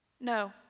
No